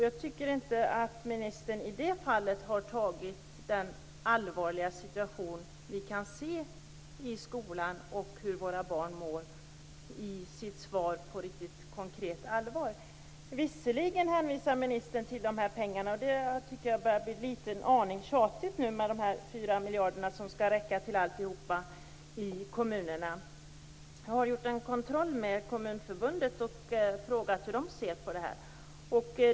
Jag tycker inte att ministern i det fallet i sitt svar har tagit den allvarliga situation vi kan se i skolan och hur våra barn mår på riktigt konkret allvar. Visserligen hänvisar ministern till pengarna. Men jag tycker att det nu börjar bli en aning tjatigt med de 4 miljarderna som skall räcka till alltihop ute i kommunerna. Jag har gjort en kontroll med Kommunförbundet och frågat hur det ser på det här.